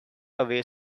away